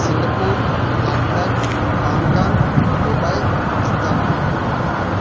Singapore London Hong Kong Dubai Istanbul